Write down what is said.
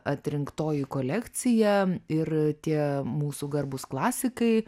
atrinktoji kolekcija ir tie mūsų garbūs klasikai